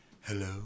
hello